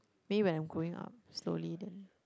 maybe when I'm growing up slowly then